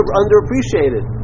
underappreciated